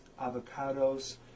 avocados